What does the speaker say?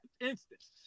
instance